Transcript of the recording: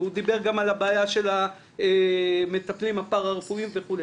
והוא דיבר גם על הבעיה של המטפלים הפארא-רפואיים וכו'.